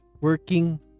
working